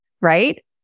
right